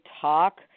talk